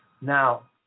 Now